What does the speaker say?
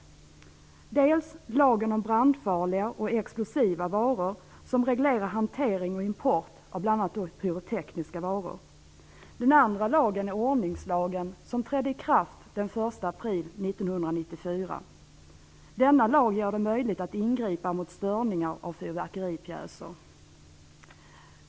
Vi har lagen om brandfarliga och explosiva varor som reglerar hanteringen och import av bl.a. pyrotekniska varor. Den andra lagen är ordningslagen som trädde i kraft den 1 april 1994. Denna lag gör det möjligt att ingripa mot störningar av fyrverkeripjäser.